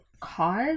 cause